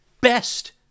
best